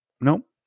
Nope